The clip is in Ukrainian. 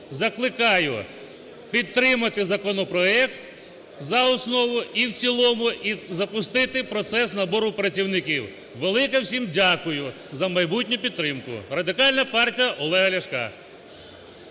закликаю підтримати законопроект за основу і в цілому і запустити процес набору працівників. Велике всім дякую за майбутню підтримку. Радикальна партія Олега Ляшка.